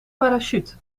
parachute